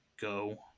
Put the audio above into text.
go